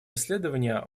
исследования